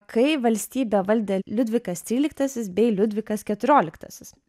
kai valstybę valdė liudvikas tryliktasis bei liudvikas keturioliktasis